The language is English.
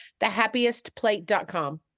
thehappiestplate.com